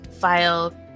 file